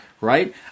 Right